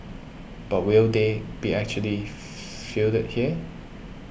but will they be actually fielded here